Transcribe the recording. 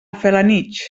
felanitx